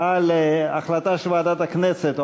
על החלטה של ועדת הכנסת,